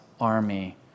army